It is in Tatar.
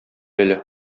әле